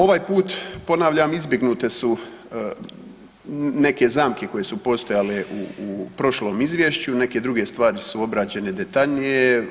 Ovaj put ponavljam izbjegnute su neke zamke koje su postojale u prošlom izvješću, neke druge stvari su obrađene detaljnije.